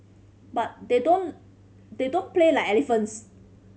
but they don't they don't play like elephants